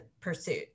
pursuit